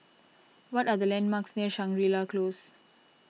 what are the landmarks near Shangri La Close